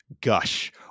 gush